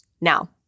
Now